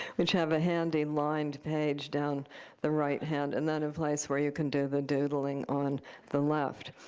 which have a handy lined page down the right hand and then a place where you can do the doodling on the left.